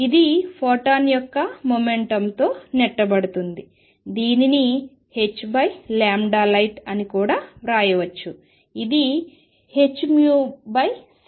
ఇది ఫోటాన్ యొక్క మొమెంటం తో నెట్టబడుతుంది దీనిని h లైట్ అని కూడా వ్రాయవచ్చు ఇది hνc